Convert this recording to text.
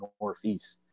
northeast